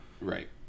Right